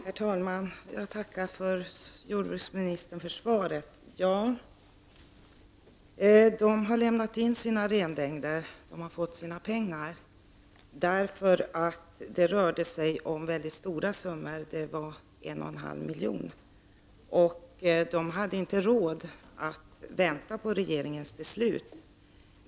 Herr talman! Jag tackar jordbruksministern för svaret. Ja, de har lämnat in sina renlängder, och de har fått sina pengar därför att det rörde sig om mycket stora summor, 1 1/2 milj.kr. De hade inte råd att vänta på regeringens beslut.